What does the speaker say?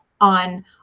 on